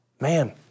man